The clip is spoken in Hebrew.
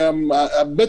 בית